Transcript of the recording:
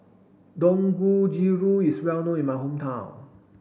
Dangojiru is well known in my hometown